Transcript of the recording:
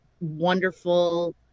wonderful